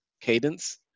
cadence